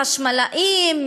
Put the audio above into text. חשמלאים,